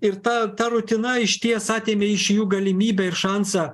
ir ta ta rutina išties atėmė iš jų galimybę ir šansą